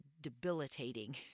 debilitating